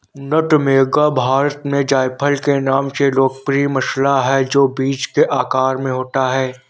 नट मेग भारत में जायफल के नाम से लोकप्रिय मसाला है, जो बीज के आकार में होता है